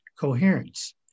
coherence